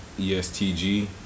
ESTG